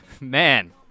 man